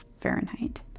Fahrenheit